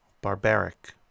barbaric